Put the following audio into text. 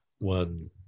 one